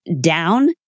down